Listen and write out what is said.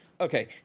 Okay